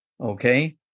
okay